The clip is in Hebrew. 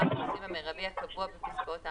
הנוסעים המרבי הקבוע בפסקאות האמורות,